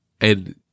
And-